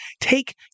take